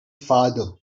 farther